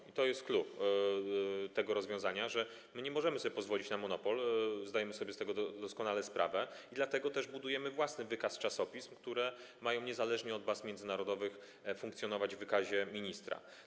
I to jest clou tego rozwiązania, że my nie możemy sobie pozwolić na monopol, zdajemy sobie z tego doskonale sprawę, i dlatego też budujemy własny wykaz czasopism, które mają niezależnie od baz międzynarodowych funkcjonować w wykazie ministra.